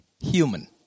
Human